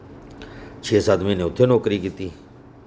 छे सत्त म्हीने उत्थै नौकरी कीती